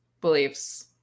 beliefs